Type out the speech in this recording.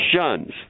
shuns